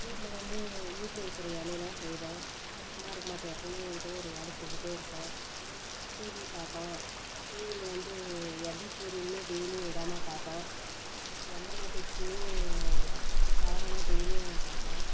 வீட்டில் வந்து வீட்டில் இருக்கிற வேலையெல்லாம் செய்வேன் சும்மா இருக்க மாட்டேன் எப்பேயுமே ஏதோ ஒரு வேலை செஞ்சுகிட்டே இருப்பேன் டிவி பார்ப்பேன் டிவியில் வந்து எந்த சீரியலுமே டெயிலி விடாமல் பார்ப்பேன் எந்த நிகழ்ச்சியுமே தவறாமல் டெயிலியும் பார்ப்பேன்